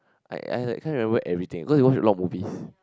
I I like kind of remember everything cause we watch a lot of movies